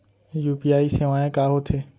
UPI सेवाएं का होथे